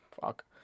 fuck